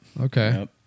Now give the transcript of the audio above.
Okay